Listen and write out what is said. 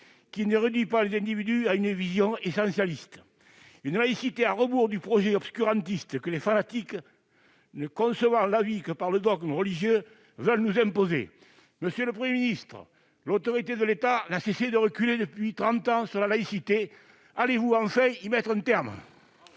qui ne réduit pas les individus à une vision essentialiste ; une laïcité à rebours du projet obscurantiste que des fanatiques ne concevant la vie que par le dogme religieux veulent nous imposer. Monsieur le Premier ministre, l'autorité de l'État n'a cessé de reculer depuis trente ans sur la laïcité. Allez-vous enfin mettre un terme à